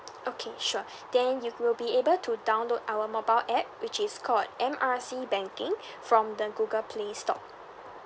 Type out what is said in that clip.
okay sure then you will be able to download our mobile app which is called M R C banking from the google play store